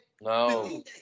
No